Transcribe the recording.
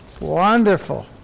wonderful